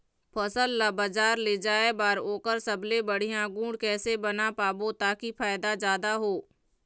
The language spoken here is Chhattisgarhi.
फसल ला बजार ले जाए बार ओकर सबले बढ़िया गुण कैसे बना पाबो ताकि फायदा जादा हो?